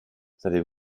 savez